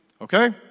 okay